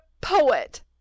poet